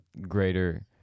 greater